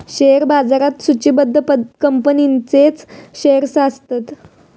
share बाजारात सुचिबद्ध कंपनींचेच शेअर्स असतत